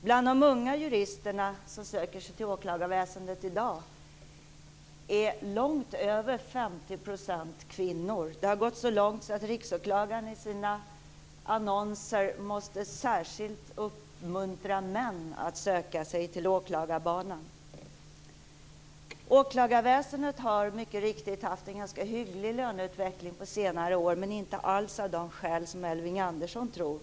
Bland de unga jurister som söker sig till åklagarväsendet i dag är långt över 50 % kvinnor. Det har gått så långt att Riksåklagaren i sina annonser särskilt måste uppmuntra män att söka sig till åklagarbanan. Åklagarväsendet har mycket riktigt haft en ganska hygglig löneutveckling på senare år, men inte alls av de skäl som Elving Andersson tror.